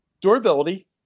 Durability